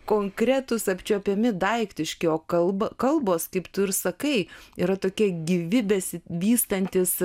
konkretūs apčiuopiami daiktiški o kalba kalbos kaip tu ir sakai yra tokie gyvi besivystantys